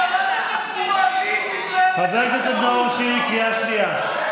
חבר הכנסת נאור שירי, קריאה שנייה.